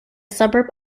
suburb